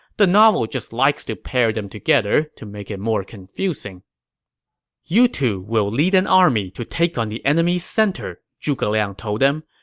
the novel just likes to pair them together to make it more confusing you two will lead an army to take on the enemy's center, zhuge liang told them.